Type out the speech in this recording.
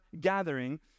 gathering